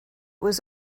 was